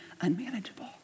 unmanageable